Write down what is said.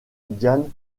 diane